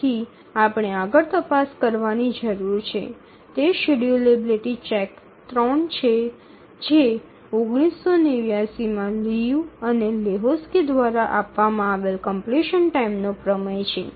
તેથી આપણે આગળ તપાસ કરવાની જરૂર છે તે શેડ્યૂલેબિલિટી ચેક 3 છે જે ૧૯૮૯ માં લિયુ અને લેહોક્સ્કી દ્વારા આપવામાં આવેલ કમપ્લીશન ટાઇમ નો પ્રમેય છે